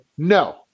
No